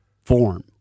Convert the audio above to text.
form